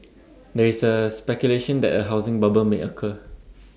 there is A speculation that A housing bubble may occur